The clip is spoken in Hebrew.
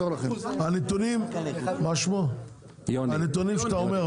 הנתונים שאתה אומר,